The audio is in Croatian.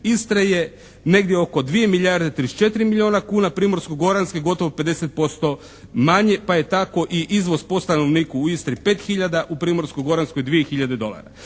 Istre je negdje oko 2 milijarde 034 milijuna kuna, Primorsko-goranske gotovo 50% manje pa je tako i izvoz po stanovniku u Istri 5 hiljada, u Primorsko-goranskoj 2 hiljade dolara.